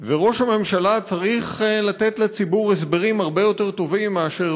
וראש הממשלה צריך לתת לציבור הסברים הרבה יותר טובים מאשר